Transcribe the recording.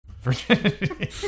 virginity